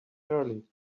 early